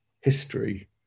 history